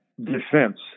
defense